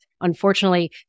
Unfortunately